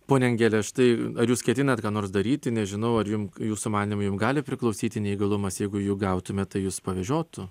ponia angele štai ar jūs ketinat ką nors daryti nežinau ar jum jūsų manymu jum gali priklausyti neįgalumas jeigu jį gautumėt tai jus pavedžiotų